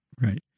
right